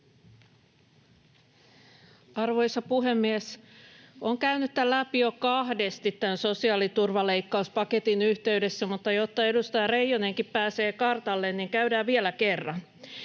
Arvoisa puhemies! Olen käynyt tämän läpi jo kahdesti tämän sosiaaliturvaleikkauspaketin yhteydessä, mutta jotta edustaja Reijonenkin pääsee kartalle, niin käydään vielä kerran.